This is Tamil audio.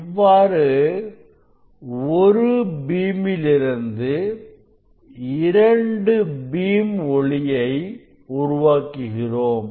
இவ்வாறு நாம் ஒரு பீம் இலிருந்து இரண்டு பீம் ஒளியை உருவாக்குகிறோம்